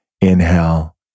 Inhale